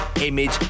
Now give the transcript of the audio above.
image